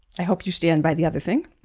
i hope you stand by the other thing.